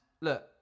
look